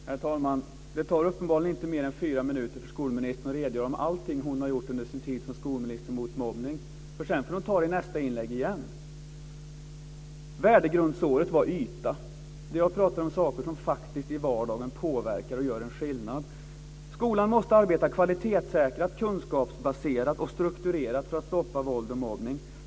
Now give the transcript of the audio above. Herr talman! Det tar uppenbarligen inte mer än fyra minuter för skolministern att redogöra för allt hon gjort under sin tid som skolminister mot mobbning, för sedan tar hon upp det i nästa inlägg igen. Värdegrundsåret var yta. Jag pratar om saker i vardagen som faktiskt påverkar och gör en skillnad. Skolan måste arbeta kvalitetssäkrat, kunskapsbaserat och strukturerat för att stoppa våld och mobbning.